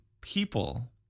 people